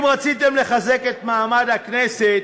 אם רציתם לחזק את מעמד הכנסת,